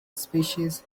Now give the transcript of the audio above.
species